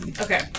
Okay